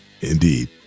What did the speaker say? Indeed